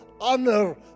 honor